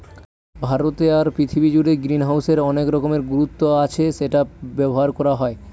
ভারতে আর পৃথিবী জুড়ে গ্রিনহাউসের অনেক রকমের গুরুত্ব আছে সেটা ব্যবহার করা হয়